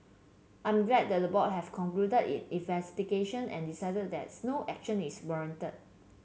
I'm glad that the board have concluded it investigation and decided that no action is warranted